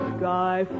sky